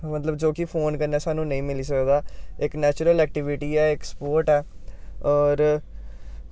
मतलब जो कि फोन कन्नै सानू नेईं मिली सकदा इक नैचुरल ऐक्टाबिटी ऐ इक स्पोर्ट ऐ होर